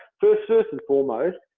first first and foremost,